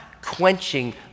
quenching